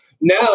Now